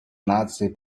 наций